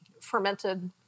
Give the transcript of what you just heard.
fermented